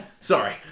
Sorry